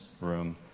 room